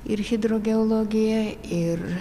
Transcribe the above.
ir hidrogeologiją ir